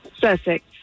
Sussex